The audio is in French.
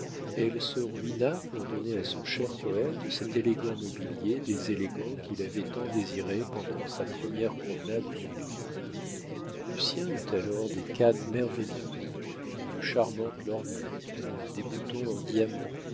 elle se ruina pour donner à son cher poète cet élégant mobilier des élégants qu'il avait tant désiré pendant sa première promenade aux tuileries lucien eut alors des cannes merveilleuses une charmante lorgnette des boutons de diamants